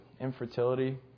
infertility